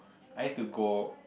I need to go